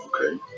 okay